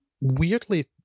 weirdly